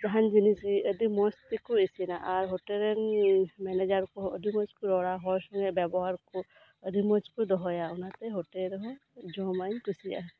ᱡᱟᱦᱟᱸᱱ ᱡᱤᱱᱤᱥ ᱜᱮ ᱟᱹᱰᱤ ᱢᱚᱸᱡ ᱛᱮᱠᱚ ᱤᱥᱤᱱᱟ ᱟᱨ ᱦᱳᱴᱮᱞ ᱨᱮᱱ ᱢᱮᱱᱮᱡᱟᱨ ᱠᱚᱦᱚᱸ ᱟᱹᱰᱤ ᱢᱚᱸᱡ ᱠᱚ ᱨᱚᱲᱟ ᱦᱚᱲ ᱥᱚᱸᱜᱮ ᱵᱮᱵᱚᱦᱟᱨ ᱠᱚ ᱟᱹᱰᱤ ᱢᱚᱸᱡ ᱠᱚ ᱫᱚᱦᱚᱭᱟ ᱚᱱᱟᱛᱮ ᱦᱳᱴᱮᱞ ᱨᱮᱦᱚᱸ ᱡᱚᱢᱟᱜ ᱤᱧ ᱠᱩᱥᱤᱭᱟᱜᱼᱟ